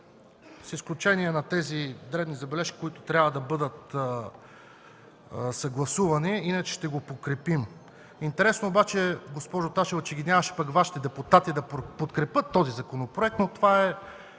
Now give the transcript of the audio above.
с изключение на тези дребни забележки, които трябва да бъдат съгласувани. Иначе ще го подкрепим. Интересно обаче, госпожо Ташева, че ги нямаше пък Вашите депутати да подкрепят този законопроект, но това е